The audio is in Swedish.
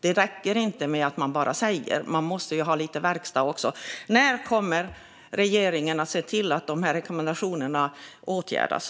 Det räcker inte att man bara säger; man måste ha lite verkstad också. När kommer regeringen att se till att de här rekommendationerna åtgärdas?